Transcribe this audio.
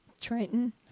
Triton